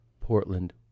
Portland